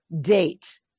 date